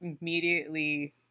immediately